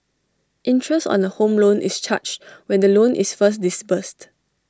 interest on A home loan is charged when the loan is first disbursed